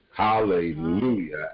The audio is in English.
Hallelujah